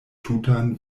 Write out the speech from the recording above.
tutan